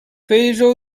非洲